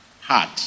Heart